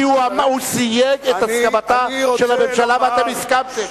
כי הוא סייג את הסכמתה של הממשלה, ואתם הסכמתם.